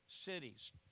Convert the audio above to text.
cities